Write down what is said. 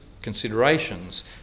considerations